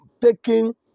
taking